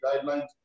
guidelines